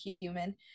human